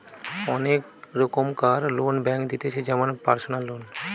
অনেক রোকমকার loan bank দিতেছে যেমন পারসনাল লোন